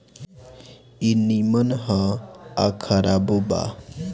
ई निमन ह आ खराबो बा